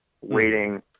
Waiting